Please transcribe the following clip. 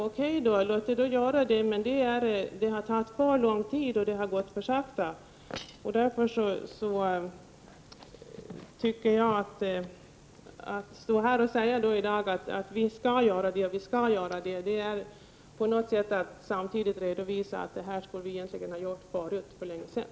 O.K., låt det bli så, men det har tagit för lång tid och det har gått för sakta. Att stå här och säga att vi skall göra det och vi skall göra det är på sätt och vis att erkänna att det här borde man egentligen ha gjort för länge sedan.